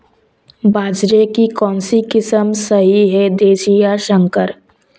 बाजरे की कौनसी किस्म सही हैं देशी या संकर?